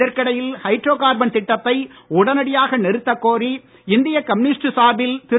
இதற்கிடையில் hydrocarbon திட்டத்தை உடனடியாக நிறுத்தக் கோரி இந்திய கம்யூனிஸ்ட் சார்பில் திரு